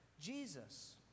Jesus